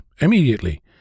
immediately